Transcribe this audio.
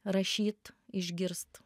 rašyt išgirst